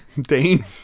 Dane